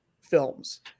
films